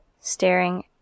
staring